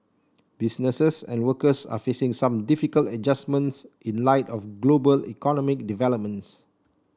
businesses and workers are facing some difficult adjustments in light of global economic developments